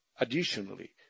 Additionally